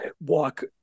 walk